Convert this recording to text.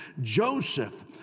Joseph